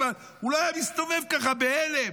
הוא לא היה מסתובב ככה, בהלם,